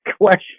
question